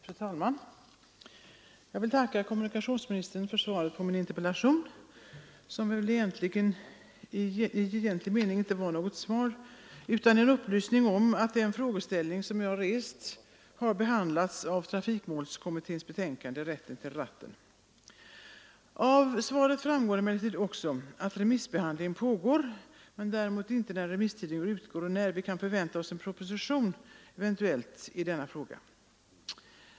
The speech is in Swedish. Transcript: Fru talman! Jag vill tacka kommunikationsministern för svaret, som väl i egentlig mening inte var något svar utan en upplysning om att den frågeställning jag rest har behandlats i trafikmålskommitténs betänkande Rätten till ratten. Av svaret framgår att remissbehandling pågår, men däremot inte när remisstiden utgår och när vi kan förvänta en eventuell proposition i denna fråga.